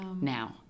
now